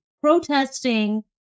protesting